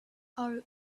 our